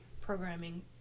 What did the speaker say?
programming